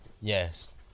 Yes